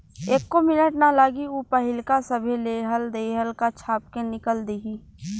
एक्को मिनट ना लागी ऊ पाहिलका सभे लेहल देहल का छाप के निकल दिहि